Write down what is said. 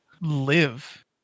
live